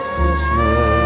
Christmas